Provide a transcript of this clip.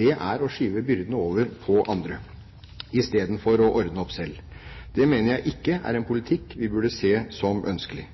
er å skyve byrdene over på andre istedenfor å ordne opp selv. Det mener jeg ikke er en politikk vi burde se som ønskelig.